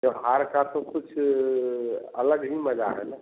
त्यौहार का तो कुछ अलग ही मज़ा है ना